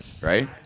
right